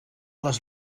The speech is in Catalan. les